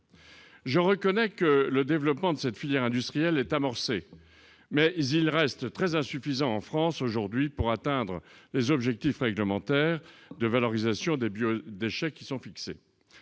je reconnais que le développement de cette filière industrielle est amorcée mais il reste très insuffisant en France aujourd'hui pour atteindre les objectifs réglementaires de valorisation des biodéchets qui sont fixés,